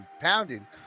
pounding